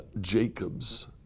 Jacob's